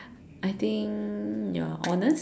I think you are honest